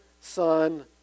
Son